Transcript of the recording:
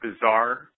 bizarre